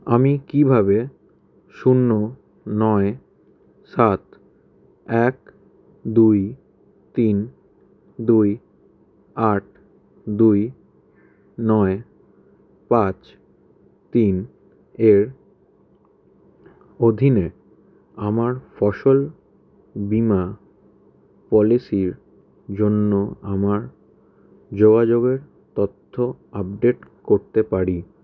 আমি কীভাবে শূন্য নয় সাত এক দুই তিন দুই আট দুই নয় পাঁচ তিন এর অধীনে আমার ফসল বিমা পলিসির জন্য আমার যোগাযোগের তথ্য আপডেট করতে পারি